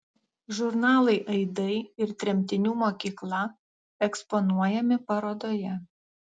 žurnalai aidai ir tremtinių mokykla eksponuojami parodoje